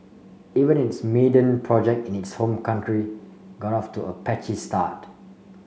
even its maiden project in its home country got off to a patchy start